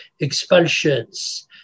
expulsions